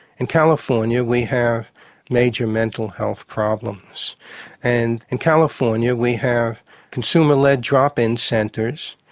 in california we have major mental health problems and in california we have consumer-led drop-in centres,